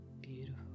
beautiful